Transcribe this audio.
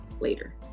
later